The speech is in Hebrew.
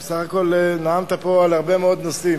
אתה בסך הכול נאמת פה על הרבה מאוד נושאים.